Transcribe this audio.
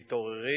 מתעוררים